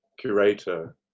curator